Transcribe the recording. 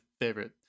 favorite